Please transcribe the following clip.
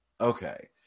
Okay